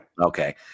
Okay